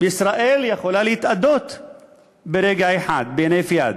ישראל יכולה להתאדות ברגע אחד, בהינף יד.